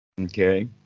okay